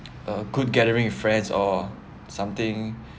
a good gathering with friends or something